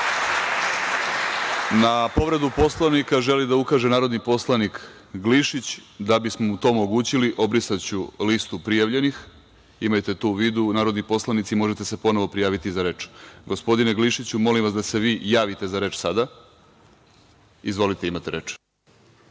povredu Poslovnika želi da ukaže narodni poslanik Glišić. Da bismo mu to omogućili, obrisaću listu prijavljenih. Imajte to u vidu, narodni poslanici, možete se ponovo prijaviti za reč. Gospodine Glišiću, molim vas da se vi javite za reč sada. Izvolite, imate reč.